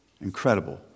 incredible